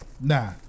nah